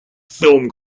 film